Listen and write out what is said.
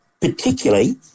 particularly